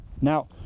Now